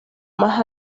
más